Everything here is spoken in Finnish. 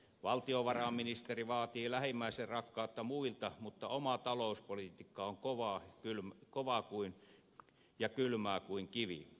valtiovarainministeri vaatii lähimmäisenrakkautta muilta mutta oma talouspolitiikka on kovaa ja kylmää kuin kivi